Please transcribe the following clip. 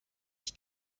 sich